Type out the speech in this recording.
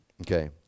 Okay